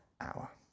hour